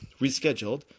rescheduled